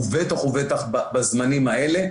בטח ובטח בזמנים האלה.